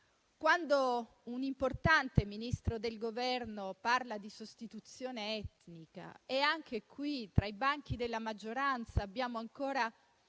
Quando un importante Ministro del Governo parla di sostituzione etnica - e anche qui, tra i banchi della maggioranza, abbiamo ancora